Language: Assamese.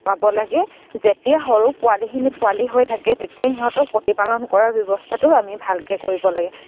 পাব লাগে যেতিয়া সৰু পোৱালিখিনি পোৱালি হৈ থাকে তেতিয়াই সিহঁতক প্ৰতিপালন কৰাৰ ব্যৱস্থাটো আমি ভালকে কৰিব লাগে